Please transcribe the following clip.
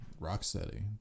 Rocksteady